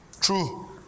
True